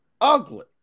Ugly